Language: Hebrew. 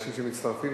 ואנשים שמצטרפים,